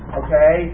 okay